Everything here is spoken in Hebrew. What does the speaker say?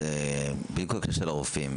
בלי כל קשר לרופאים,